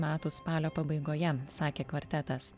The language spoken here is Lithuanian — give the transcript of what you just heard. metų spalio pabaigoje sakė kvartetas